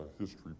history